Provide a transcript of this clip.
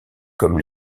comme